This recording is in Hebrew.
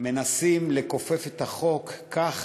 מנסים לכופף את החוק כך